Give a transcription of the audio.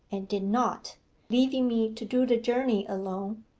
and did not leaving me to do the journey alone.